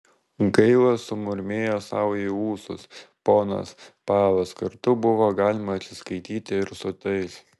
gaila sumurmėjo sau į ūsus ponas palas kartu buvo galima atsiskaityti ir su tais